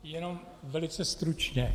Jenom velice stručně.